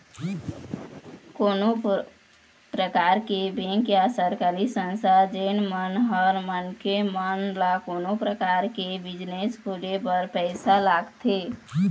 कोनो परकार के बेंक या सरकारी संस्था जेन मन ह मनखे मन ल कोनो परकार के बिजनेस खोले बर पइसा लगाथे